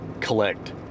collect